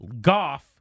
Goff